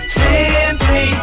simply